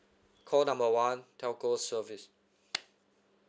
call number one telco service